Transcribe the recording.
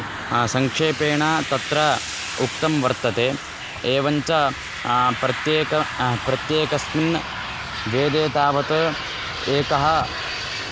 इ इति संक्षेपेण तत्र उक्तं वर्तते एवञ्च प्रत्येकं प्रत्येकस्मिन् वेदे तावत् एकः